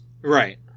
right